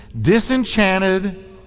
disenchanted